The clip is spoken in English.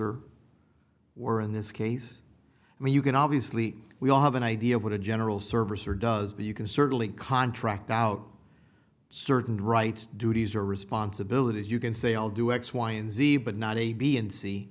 are were in this case and you can obviously we all have an idea of what a general service or does but you can certainly contract out certain rights duties or responsibilities you can say i'll do x y and z but not a b and c